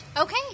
okay